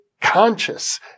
conscious